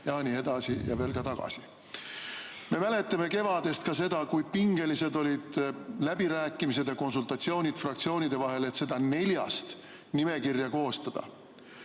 ja nii edasi ja veel ka tagasi. Me mäletame kevadest ka seda, kui pingelised olid läbirääkimised ja konsultatsioonid fraktsioonide vahel, et seda neljast nimekirja koostada.